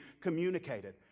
communicated